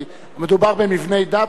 כי מדובר במבני דת,